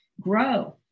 grow